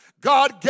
God